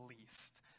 least